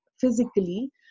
physically